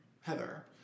Heather